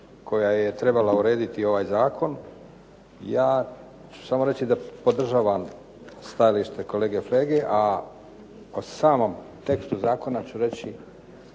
koja je trebala urediti ovaj zakon. Ja ću samo reći da podržavam stajalište kolege Flege, a o samom tekstu zakona ću reći